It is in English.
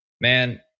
man